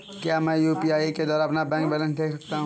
क्या मैं यू.पी.आई के द्वारा अपना बैंक बैलेंस देख सकता हूँ?